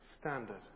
standard